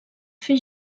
fer